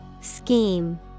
Scheme